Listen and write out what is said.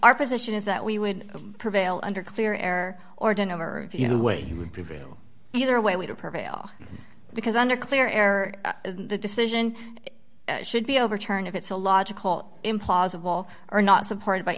our position is that we would prevail under clear error or dinner if you no way you would prevail either way to prevail because under clear air the decision should be overturned if it's a logical implausible or not supported by